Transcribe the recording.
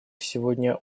сегодня